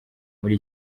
muri